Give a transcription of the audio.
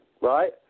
right